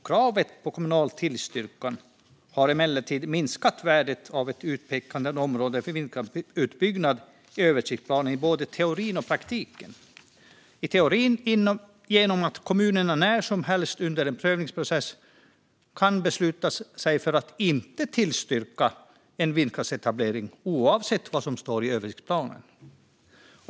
Kravet på kommunal tillstyrkan har emellertid minskat värdet av ett utpekande av områden för vindkraftsutbyggnad i översiktsplanen i både teorin och praktiken. I teorin kan det ske genom att kommunerna när som helst under en prövningsprocess kan besluta sig för att inte tillstyrka en vindkraftsetablering oavsett vad som står i översiktsplanen.